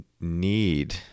need